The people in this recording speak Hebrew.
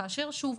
כאשר שוב,